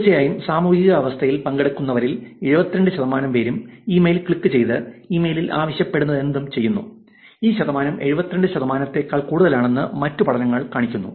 തീർച്ചയായും സാമൂഹിക അവസ്ഥയിൽ പങ്കെടുക്കുന്നവരിൽ 72 ശതമാനം പേരും ഇമെയിലിൽ ക്ലിക്കുചെയ്ത് ഇമെയിലിൽ ആവശ്യപ്പെടുന്നതെന്തും ചെയ്യുന്നു ഈ ശതമാനം 72 ശതമാനത്തേക്കാൾ കൂടുതലാണെന്ന് മറ്റ് പഠനങ്ങൾ കാണിക്കുന്നു